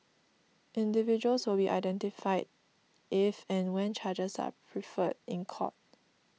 individuals will be identified if and when charges are preferred in court